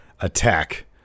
attack